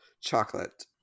chocolate